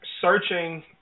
searching